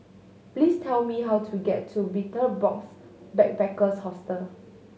please tell me how to get to Betel Box Backpackers Hostel